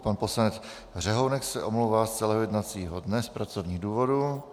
Pan poslanec Řehounek se omlouvá z celého jednacího dne z pracovních důvodů.